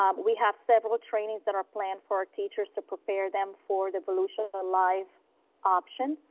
um we have several trainings that are planned for our teachers to prepare them for the volusia ah live option.